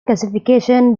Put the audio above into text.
classification